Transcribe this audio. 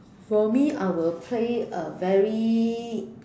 for me I will play a very